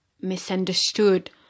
misunderstood